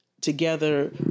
together